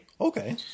Okay